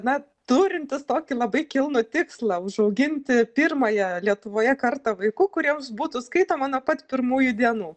na turintis tokį labai kilnų tikslą užauginti pirmąją lietuvoje karta vaikų kuriems būtų skaitoma nuo pat pirmųjų dienų